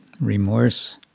remorse